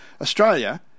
Australia